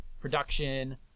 Production